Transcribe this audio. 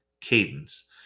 cadence